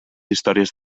històries